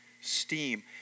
steam